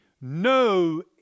no